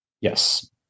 Yes